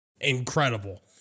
incredible